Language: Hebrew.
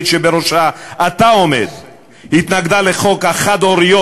שבראשה אתה עומד התנגדה לחוק החד-הוריות,